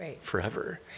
forever